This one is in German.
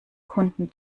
kunden